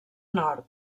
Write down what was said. nord